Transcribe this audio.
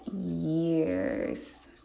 years